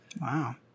wow